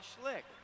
Schlick